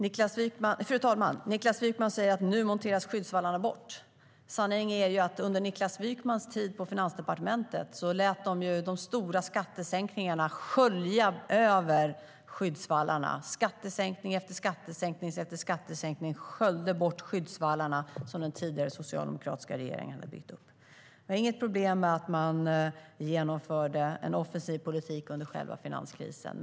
Fru talman! Niklas Wykman säger: Nu monteras skyddsvallarna bort. Sanningen är att man under Niklas Wykmans tid på Finansdepartementet lät de stora skattesänkningarna skölja över skyddsvallarna. Skattesänkning efter skattesänkning efter skattesänkning sköljde bort skyddsvallarna, som den tidigare socialdemokratiska regeringen hade byggt upp. Jag har inget problem med att man genomförde en offensiv politik under själva finanskrisen.